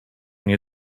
nie